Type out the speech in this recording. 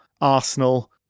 Arsenal